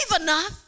enough